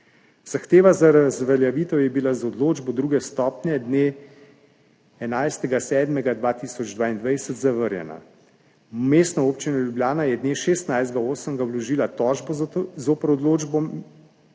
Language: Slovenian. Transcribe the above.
Zahteva za razveljavitev je bila z odločbo druge stopnje dne 11. 7. 2022 zavrnjena. V Mestno občino Ljubljana je dne 16. 8. vložila tožbo zoper odločbo